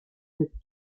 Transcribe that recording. with